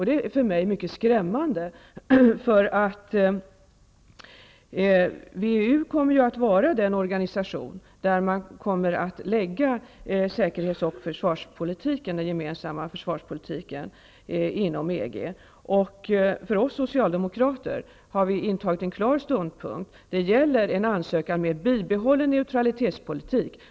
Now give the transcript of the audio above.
Detta är för mig mycket skrämmande, för WEU kommer ju att vara den organisation där man lägger säkerhetspolitiken, den gemensamma försvarspolitiken, inom EG. Vi socialdemokrater har intagit en klar ståndpunkt: det gäller en ansökan med bibehållen neutralitetspolitik.